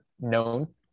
known